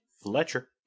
Fletcher